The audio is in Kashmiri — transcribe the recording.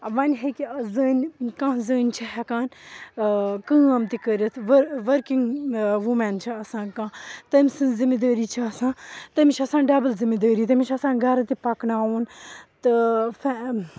وۅنۍ کانٛہہ زٔنۍ چھِ ہٮ۪کان کٲم تہِ کٔرِتھ و ؤرکِنٛگ ووٗمٮ۪ن چھِ آسان کانٛہہ تٔمۍ سٕنٛز ذِمہٕ دأری چھِ آسان تٔمِس چھِ آسان ڈَبُل ذِمہٕ دأری تٔمِس چھِ آسان گرٕ تہِ پَکناوُن تہٕ فیم